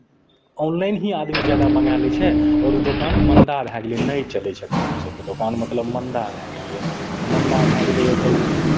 online ही आदमी जादा मंगा लै छै आओर दोकान मन्दा भए गेलै नहि चलै छथिन ओहि सभके दोकान मतलब मन्दा भए गेलैए तऽ मन्दा भए गेलैए तऽ ओ